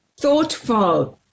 Thoughtful